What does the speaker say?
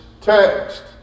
text